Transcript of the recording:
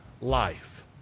life